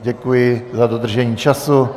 Děkuji za dodržení času.